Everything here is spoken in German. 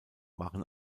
waren